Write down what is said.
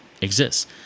exists